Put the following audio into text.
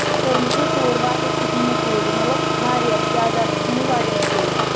تہٕ کٔرمٕژ حظ ژوٗر واریاہ چھُکھ نِمُت ژوٗرِ مطلب واریاہ جاداد چھُکھ نِمُت واریاہ ژوٗرِ